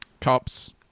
Cops